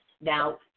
Now